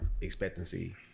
expectancy